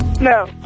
No